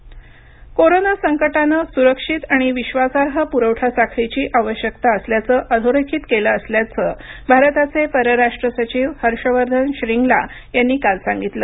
Shringla corona संकटानं सुरक्षित आणि विश्वासार्ह पुरवठा साखळीची आवश्यकता असल्याचं अधोरेखित केलं असल्याचं भारताचे परराष्ट्र सचिव हर्षवर्धन श्रींगला यांनी काल सांगितलं